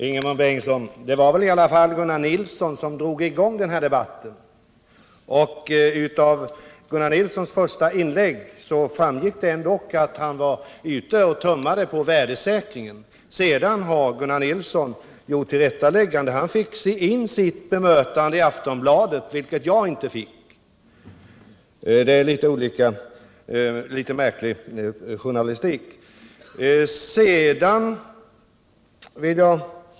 Herr talman! Det var väl i alla fall Gunnar Nilsson som drog i gång den här debatten, Ingemund Bengtsson! Av Gunnar Nilssons första inlägg framgick det ändock att han var ute och tummade på värdesäkringen. Sedan har Gunnar Nilsson gjort ett tillrättaläggande. Han fick in sitt bemötande i Aftonbladet, vilket jag inte fick. Det är en litet märklig journalistik.